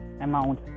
amount